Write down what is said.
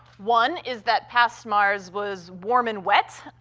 one is that past mars was warm and wet,